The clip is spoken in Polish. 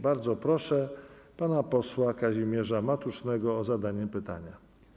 Bardzo proszę pana posła Kazimierza Matusznego o zadanie pytania.